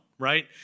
Right